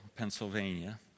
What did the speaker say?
Pennsylvania